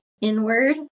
inward